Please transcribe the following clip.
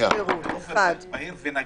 באופן בהיר ונגיש,